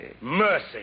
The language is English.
Mercy